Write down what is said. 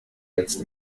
jetzt